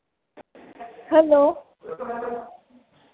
hello